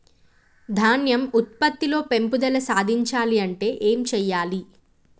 ధాన్యం ఉత్పత్తి లో పెంపుదల సాధించాలి అంటే ఏం చెయ్యాలి?